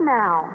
now